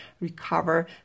recover